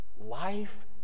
life